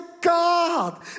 God